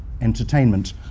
Entertainment